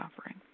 offering